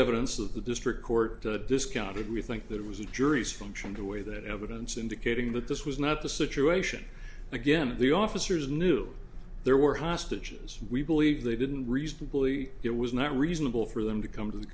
evidence of the district court discounted we think that was a jury's function to weigh that evidence indicating that this was not the situation again that the officers knew there were hostages we believe they didn't reasonably it was not reasonable for them to come to the